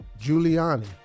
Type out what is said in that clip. Giuliani